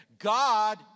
God